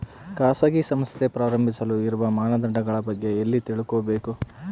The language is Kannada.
ಖಾಸಗಿ ಸಂಸ್ಥೆ ಪ್ರಾರಂಭಿಸಲು ಇರುವ ಮಾನದಂಡಗಳ ಬಗ್ಗೆ ಎಲ್ಲಿ ತಿಳ್ಕೊಬೇಕು?